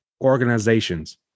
Organizations